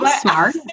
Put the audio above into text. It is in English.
smart